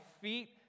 feet